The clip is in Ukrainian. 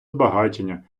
збагачення